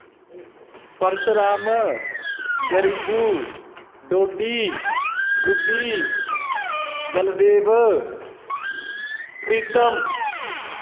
परस Ram Garibu Dodi Guddi Baldev प्रीतम